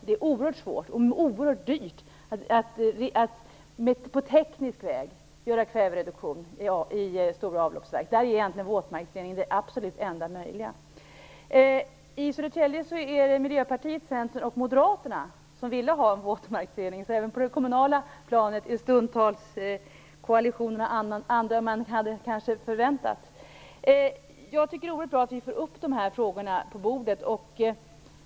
Det är oerhört svårt och oerhört dyrt att på teknisk väg göra kvävereduktion i stora avloppsverk. Här är absolut våtmarksrening det enda möjliga. I Södertälje ville Miljöpartiet, Centern och Moderaterna ha en våtmarksrening. Även på det kommunala planet är stundtals koalitionerna andra än man kanske hade väntat. Jag tycker att det är oerhört bra att vi får upp de här frågorna på bordet.